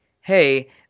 hey